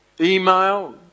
email